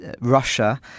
Russia